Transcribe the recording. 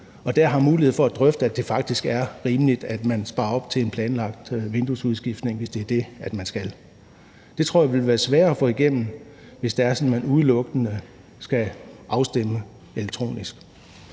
og dér har mulighed for at drøfte, at det faktisk er rimeligt, at man sparer op til en planlagt vinduesudskiftning, hvis det er det, man skal. Det tror jeg vil være sværere at få igennem, hvis det er sådan, at man udelukkende skal stemme elektronisk.